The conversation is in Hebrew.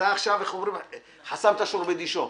אתה עכשיו חסמת שור בדישו.